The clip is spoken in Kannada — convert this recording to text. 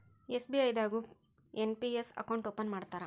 ಎಸ್.ಬಿ.ಐ ದಾಗು ಎನ್.ಪಿ.ಎಸ್ ಅಕೌಂಟ್ ಓಪನ್ ಮಾಡ್ತಾರಾ